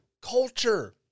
culture